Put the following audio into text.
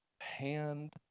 hand